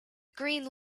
green